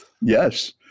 Yes